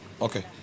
okay